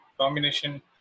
combination